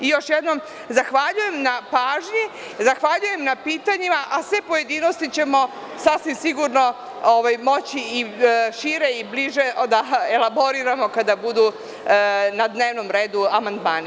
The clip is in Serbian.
I još jednom, zahvaljujem na pažnji, zahvaljujem na pitanjima, a sve pojedinosti ćemo sasvim sigurno moći i šire i bliže da elaboriramo kada budu na dnevnom redu amandmani.